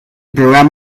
programa